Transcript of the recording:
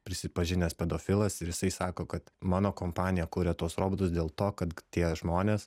prisipažinęs pedofilas ir jisai sako kad mano kompanija kuria tuos robotus dėl to kad tie žmonės